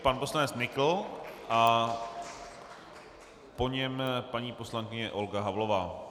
Pan poslanec Nykl a po něm paní poslankyně Olga Havlová.